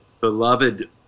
beloved